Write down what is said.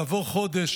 יעבור חודש,